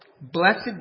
Blessed